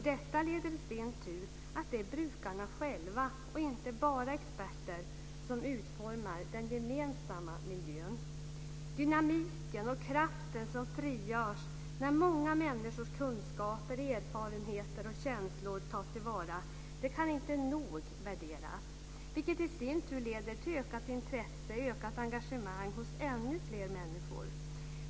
Detta leder till att det är brukarna själva, och inte bara experter, som utformar den gemensamma miljön. Dynamiken och kraften som frigörs när många människors kunskaper, erfarenheter och känslor tas till vara kan inte nog värderas. Det leder i sin tur till ökat intresse och ökat engagemang hos ännu fler människor.